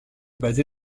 basé